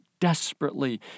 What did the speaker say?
desperately